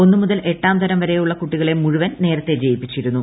ഒന്നു മുതൽ എട്ടാം തരം വരെയുള്ള കുട്ടികളെ മുഴുവൻ നേരത്തെ ജയിപ്പിച്ചിരുന്നു